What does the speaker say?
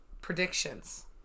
predictions